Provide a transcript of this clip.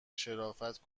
شرافت